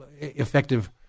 effective